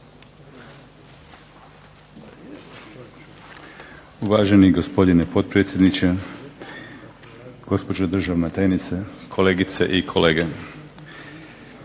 Uvaženi gospodine potpredsjedniče, gospođo državna tajnice, kolegice i kolege.